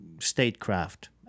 statecraft